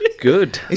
Good